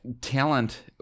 talent